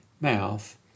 mouth